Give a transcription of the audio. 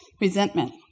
resentment